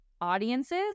audiences